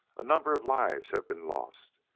a number of lives have been lost.